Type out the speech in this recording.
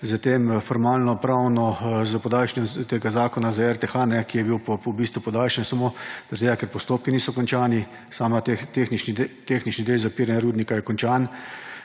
za tem formalnopravno s podaljšanjem tega zakona za RTH, ki je bil v bistvu podaljšan samo zaradi tega, ker postopki niso končani, sama tehnični del zapiranja rudnika je končan.